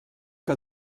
que